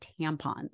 tampons